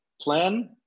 plan